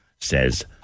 says